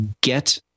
get